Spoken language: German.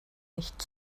nicht